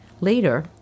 Later